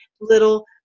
little